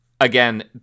again